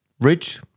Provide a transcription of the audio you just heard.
rich